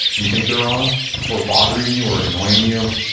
you think they're wrong or bothering you or annoying you.